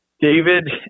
David